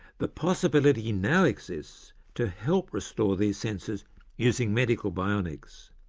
the possibility now exists to help restore these senses using medical bionics,